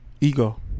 Ego